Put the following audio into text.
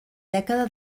dècada